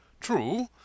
True